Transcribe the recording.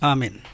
Amen